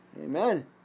Amen